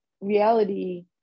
reality